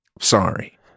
Sorry